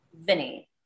Vinny